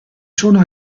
sono